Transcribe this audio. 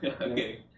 okay